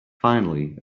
finally